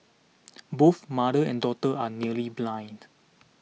both mother and daughter are nearly blind